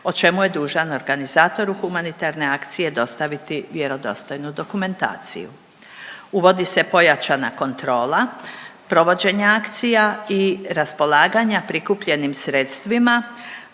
o čemu je dužan organizatoru humanitarne akcije dostaviti vjerodostojnu dokumentaciju. Uvodi se pojačana kontrola provođenja akcija i raspolaganja prikupljenim sredstvima,